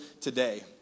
today